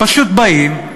פשוט באים,